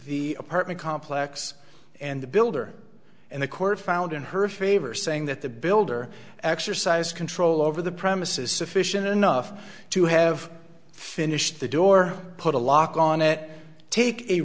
the apartment complex and the builder and the court found in her favor saying that the builder exercise control over the premises sufficient enough to have finished the door put a lock on it take a